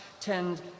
tend